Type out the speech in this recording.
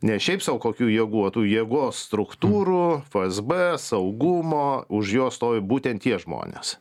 ne šiaip sau kokių jėgų o tų jėgos struktūrų fsb saugumo už jo stovi būtent tie žmonės